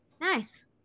Nice